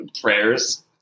Prayers